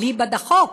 אליבא דחוק?